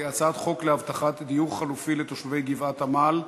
הצעת חוק להבטחת דיור חלופי לתושבי גבעת-עמל,